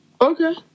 Okay